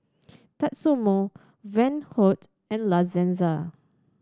Tatsumoto Van Houten and La Senza